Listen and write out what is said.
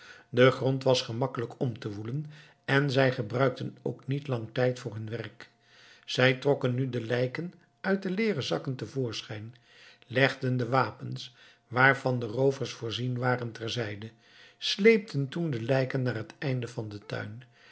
de grond was gemakkelijk om te woelen en zij gebruikten ook niet lang tijd voor hun werk zij trokken nu de lijken uit de leeren zakken te voorschijn legden de wapens waarvan de roovers voorzien waren ter zijde sleepten toen de lijken naar het einde van den tuin